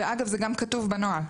ואגב, זה גם כתוב בנוהל.